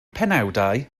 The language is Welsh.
penawdau